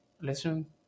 listen